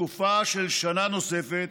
לתקופה של שנה נוספת